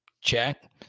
check